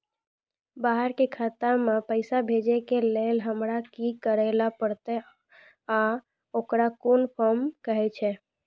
बाहर के खाता मे पैसा भेजै के लेल हमरा की करै ला परतै आ ओकरा कुन फॉर्म कहैय छै?